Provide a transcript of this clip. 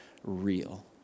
Real